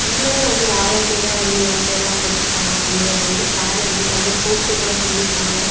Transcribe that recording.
அவங்களே வந்து வாலன்டியராக வந்து என் பேர்லாம் கொடுத்துருக்காங்க அண்டு என்னை வந்து கேர் எடுத்து தனியாக கூப்பிட்டு கூட சொல்லியிருக்காங்க